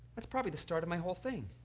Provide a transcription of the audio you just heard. that's probably the start of my whole thing